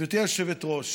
גברתי היושבת-ראש,